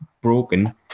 broken